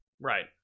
Right